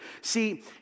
See